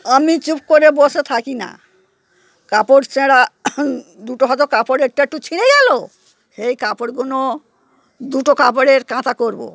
আমি চুপ করে বসে থাকি না কাপড় ছেঁড়া দুটো হয়তো কাপড় একটু একটু ছিঁড়ে গেলো সেই কাপড়গুলো দুটো কাপড়ের কাঁথা করবো